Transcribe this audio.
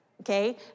Okay